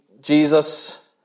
Jesus